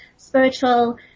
Spiritual